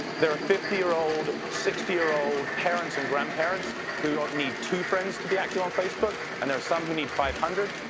there are fifty year old, sixty year old parents and grandparents who don't need two friends to be active on facebook. and there are some who need five hundred.